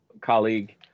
colleague